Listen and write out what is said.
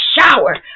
shower